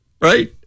Right